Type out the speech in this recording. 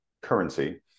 currency